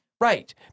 Right